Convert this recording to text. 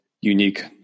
unique